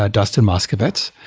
ah dustin moskovitz.